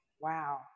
Wow